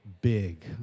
big